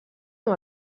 amb